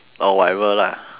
or whatever lah